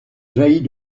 jaillit